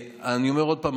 אני אומר עוד פעם,